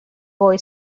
boy